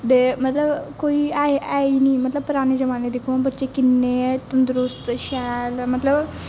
दे मतलब कोई ऐ ही नेईं मतलब पराने जमाने दे किन्ने दरुस्त शैल मतलब